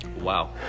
Wow